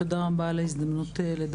תודה רבה על ההזדמנות לדבר.